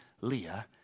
Leah